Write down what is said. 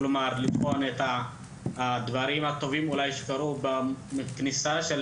לבחון את הדברים הטובים שקרו בכניסה של